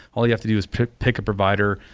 all you have to do is pick pick a provider,